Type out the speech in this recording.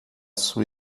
sua